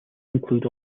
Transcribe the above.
include